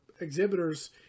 exhibitors